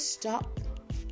Stop